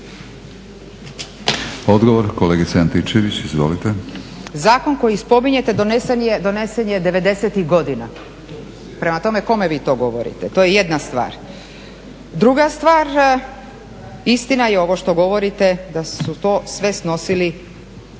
Marinović, Ingrid (SDP)** Zakon koji spominjete donesen je devedesetih godina, prema tome kome vi to govorite. To je jedna stvar. Druga stvar, istina je ovo što govorite da su to sve snosili